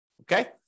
Okay